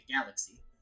galaxy